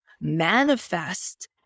manifest